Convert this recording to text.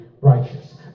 righteous